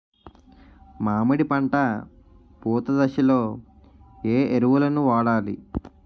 మామిడి పంట పూత దశలో ఏ ఎరువులను వాడాలి?